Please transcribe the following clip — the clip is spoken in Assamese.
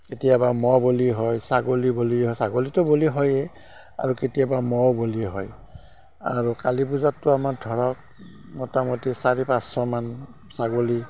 কেতিয়াবা ম'হ বলি হয় ছাগলী বলি হয় ছাগলীটো বলি হয়ে আৰু কেতিয়াবা ম'হো বলি হয় আৰু কালী পূজাতটো আমাৰ ধৰক মোটামুটি চাৰি পাঁচশমান ছাগলী